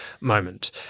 moment